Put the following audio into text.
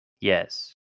Yes